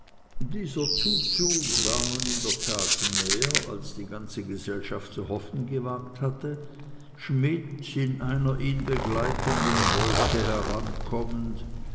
dieser zuzug war nun in der tat näher als die ganze gesellschaft zu hoffen gewagt hatte schmidt in einer ihn begleitenden wolke herankommend